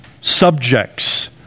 subjects